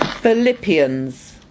Philippians